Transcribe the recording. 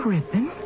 ribbon